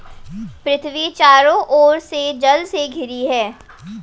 पृथ्वी चारों ओर से जल से घिरी है